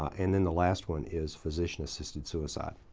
and then the last one is physician assisted suicide.